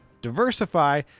diversify